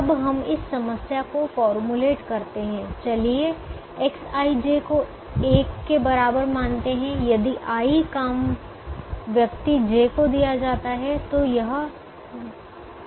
अब हम इस समस्या को फार्मूलेट करते हैं चलिए Xij को 1 के बराबर मानते हैं यदि i काम व्यक्ति j को दिया जाता है तो यह 0 के बराबर है